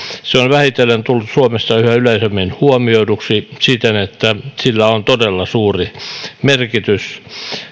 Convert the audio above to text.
se on vähitellen tullut suomessa yhä yleisemmin huomioiduksi siten että sillä on todella suuri merkitys